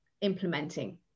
implementing